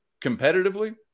competitively